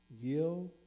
yield